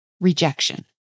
rejection